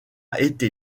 été